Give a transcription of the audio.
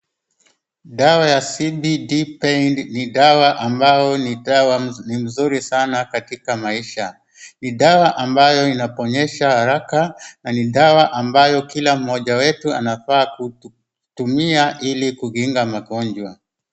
Dawa ya CBD Pain ni dawa ambayo ni dawa, ni mzuri sana katika maisha. Ni dawa ambayo inaponyesha haraka, na ni dawa ambayo kila mmoja wetu anafaa kutumia ili kukinga magonjwa.